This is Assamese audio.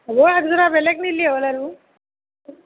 হ'ব একযোৰা বেলেগ নিলি হ'ল আৰু